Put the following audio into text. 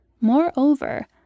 Moreover